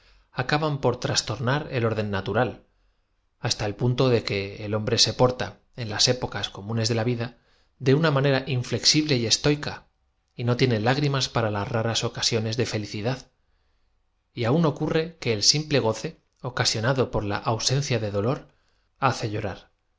acaba por trastor nar el orden natural hasta el punto de que el hombre se porta en las épocas comunes de la vida de una manera inflexible y estoica y no tiene lágrim as para las raras ocasiones de felicidad y aun ocurre que el simple goce ocasionado por la ausencia de dolor hace llorar